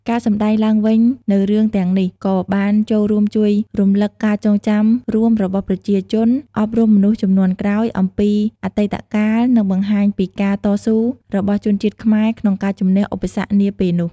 ការសម្តែងឡើងវិញនូវរឿងទាំងនេះក៏បានចូលរួមជួយរំលឹកការចងចាំរួមរបស់ប្រជាជន អប់រំមនុស្សជំនាន់ក្រោយអំពីអតីតកាល និងបង្ហាញពីការតស៊ូរបស់ជនជាតិខ្មែរក្នុងការជំនះឧបសគ្គនាពេលនោះ ។